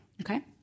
Okay